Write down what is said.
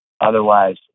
Otherwise